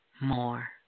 more